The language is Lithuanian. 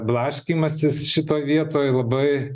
blaškymasis šitoj vietoj labai